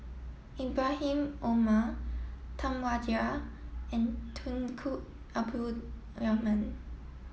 Ibrahim Omar Tam Wai Jia and Tunku Abdul Rahman